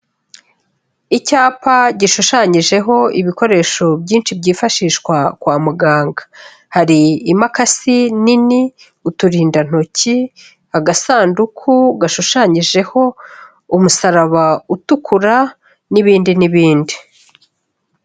Icyapa gishushanyijeho ibikoresho byinshi byifashishwa kwa muganga. Hari imakasi nini, uturindantoki, agasanduku gashushanyijeho umusaraba utukura n'ibindi n'ibindi.